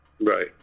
Right